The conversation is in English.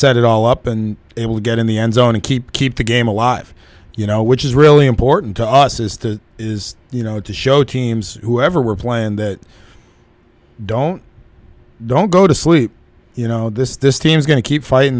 set it all up and able to get in the end zone and keep keep the game alive you know which is really important to us is to is you know to show teams whoever we're playing that don't don't go to sleep you know this this team's going to keep fighting